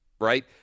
right